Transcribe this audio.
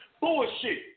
bullshit